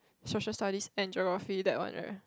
social studies and geography that one right